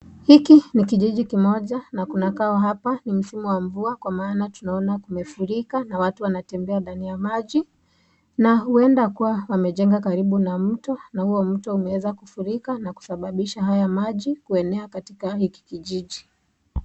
Hiki ni kiji kimoja na kuna kaa hapa ni msimu wa mvua, kwa maana tunaona kumefurika na watu wanatembea ndani ya maji, na uenda kuwa wamejenga karibu na mto na huo mto umeweza kufurika na kusababisha haya maji kuenea katika hiki kijiji.